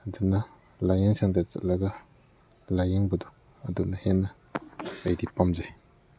ꯑꯗꯨꯅ ꯂꯥꯏꯌꯦꯡ ꯁꯪꯗ ꯆꯠꯂꯒ ꯂꯥꯏꯌꯦꯡꯕꯗꯨ ꯑꯗꯨꯅ ꯍꯦꯟꯅ ꯑꯩꯗꯤ ꯄꯥꯝꯖꯩ